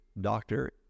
doctor